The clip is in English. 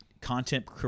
content